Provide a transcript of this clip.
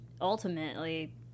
ultimately